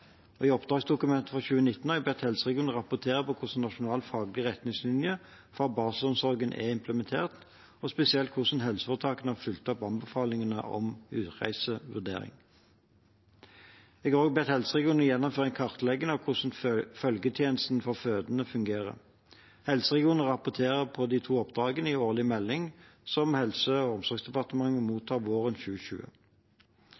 bestemme. I oppdragsdokumentet for 2019 har jeg bedt helseregionene rapportere på hvordan Nasjonal faglig retningslinje for barselomsorgen er implementert, og spesielt hvordan helseforetakene har fulgt opp anbefalingene om utreisevurdering. Jeg har også bedt helseregionene om å gjennomføre en kartlegging av hvordan følgetjenesten for fødende fungerer. Helseregionene rapporterer på de to oppdragene i årlig melding, som Helse- og omsorgsdepartementet